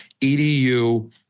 EDU